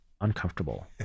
uncomfortable